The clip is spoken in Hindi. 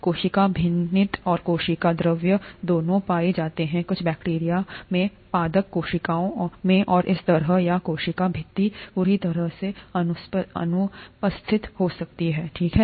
कोशिका भित्ति और कोशिका द्रव्य दोनोंपाए जाते हैं कुछ बैक्टीरिया में पादप कोशिकाओं मेंऔर इसी तरह या कोशिका भित्ति पूरी तरह से अनुपस्थित हो सकती है ठीक है